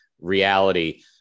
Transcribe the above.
reality